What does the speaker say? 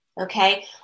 Okay